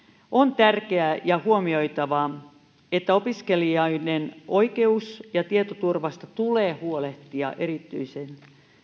on tärkeää ja huomioitavaa että opiskelijoiden oikeus ja tietoturvasta tulee huolehtia se on erityisen